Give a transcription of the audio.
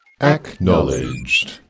Acknowledged